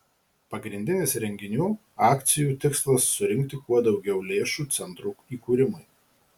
pagrindinis renginių akcijų tikslas surinkti kuo daugiau lėšų centro įkūrimui